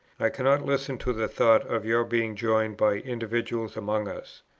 i cannot listen to the thought of your being joined by individuals among us.